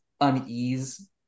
unease